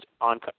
on